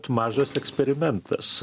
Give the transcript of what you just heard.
mažas eksperimentas